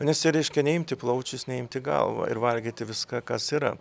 nes jie reiškia neimt į plaučius neimt į galvą ir valgyti viską kas yra